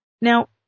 Now